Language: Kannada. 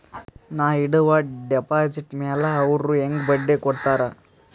ನಾ ಇಡುವ ಡೆಪಾಜಿಟ್ ಮ್ಯಾಲ ಅವ್ರು ಹೆಂಗ ಬಡ್ಡಿ ಕೊಡುತ್ತಾರ?